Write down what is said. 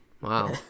wow